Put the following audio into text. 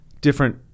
different